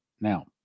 Now